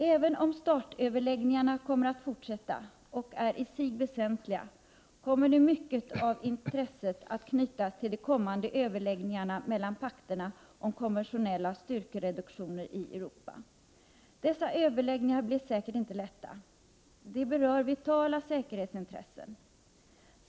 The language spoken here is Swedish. Även om START-överläggningarna kommer att fortsätta, och är i sig väsentliga, kommer nu mycket av intresset att knytas till de kommande överläggningarna mellan pakterna om konventionella styrkereduktioner i Europa. Dessa överläggningar blir säkert inte lätta. De berör vitala säkerhetsintressen.